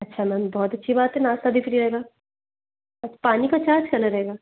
अच्छा मैम बहुत अच्छी बात है नाश्ता भी फ्री रहेगा अच्छा पानी का चार्ज करना रहेगा